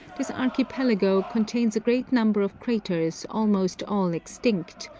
this archipelago contains a great number of craters almost all extinct,